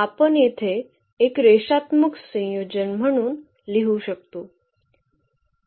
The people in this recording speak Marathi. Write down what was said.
आपण येथे एक रेषात्मक संयोजन म्हणून लिहू शकतो